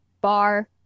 bar